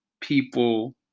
people